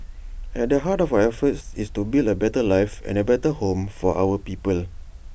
at the heart of our efforts is to build A better life and A better home for our people